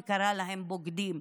וקרא להם בוגדים,